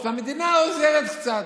הם מקימים את המוסדות, והמדינה עוזרת קצת.